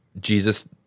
Jesus